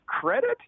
credit